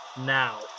now